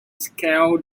scale